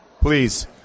please